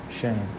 shame